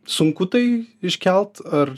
sunku tai iškelt ar